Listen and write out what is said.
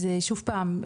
אז שוב פעם,